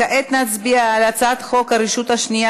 כעת נצביע על הצעת חוק הרשות השנייה